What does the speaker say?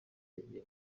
bagiye